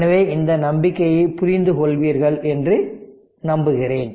எனவே இந்த நம்பிக்கையைப் புரிந்து கொள்வீர்கள் என்று நம்புகிறேன்